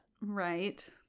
Right